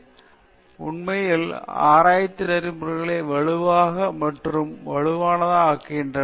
பல சிக்கல்கள் உள்ளன அவை கிடைத்தவை உண்மையில் ஆராய்ச்சி நெறிமுறைகளை வலுவான மற்றும் வலுவானதாக ஆக்குகின்றன